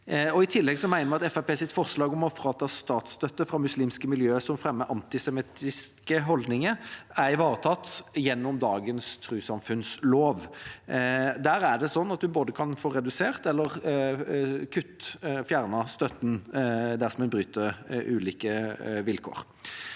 I tillegg mener vi at Fremskrittspartiets forslag om å ta statsstøtten fra muslimske miljøer som fremmer antisemittiske holdninger, er ivaretatt gjennom dagens trossamfunnslov. Den er slik at en både kan få redusert eller fjernet støtten dersom en bryter ulike vilkår.